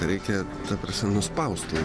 reikia ta prasme nuspausti